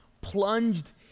plunged